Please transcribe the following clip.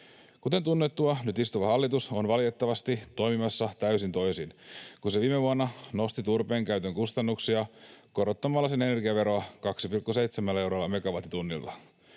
Kuten tunnettua, nyt istuva hallitus on valitettavasti toimimassa täysin toisin, kun se viime vuonna nosti turpeenkäytön kustannuksia korottamalla sen energiaveroa 2,7 eurolla megawattitunnilta.